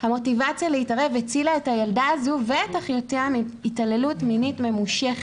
המוטיבציה להתערב הצילה את הילדה הזאת ואת אחיותיה מהתעללות ממושכת.